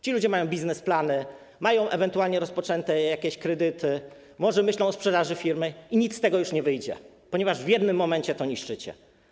Ci ludzie mają biznesplany, mają ewentualnie rozpoczęte, wzięte jakieś kredyty, może myślą o sprzedaży firmy - i nic z tego już nie wyjdzie, ponieważ w jednym momencie to niszczycie.